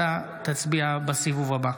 אתה תצביע בסיבוב הבא.